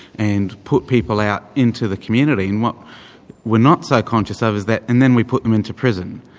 and put people out into the community, and what we're not so conscious of is that and then we put them into prison.